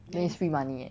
then it's free money eh